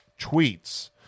tweets